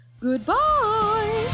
Goodbye